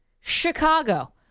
Chicago